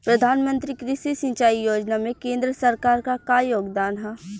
प्रधानमंत्री कृषि सिंचाई योजना में केंद्र सरकार क का योगदान ह?